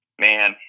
man